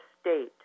state